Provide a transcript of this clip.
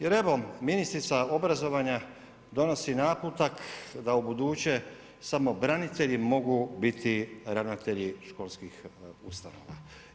Jer evo ministrica obrazovanja donosi naputak da ubuduće samo branitelji mogu biti ravnatelji školskih ustanova.